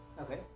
Okay